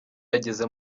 yageze